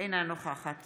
אינה נוכחת